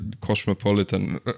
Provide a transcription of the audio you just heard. cosmopolitan